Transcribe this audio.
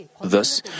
thus